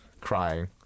crying